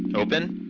open?